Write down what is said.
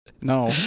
no